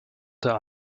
der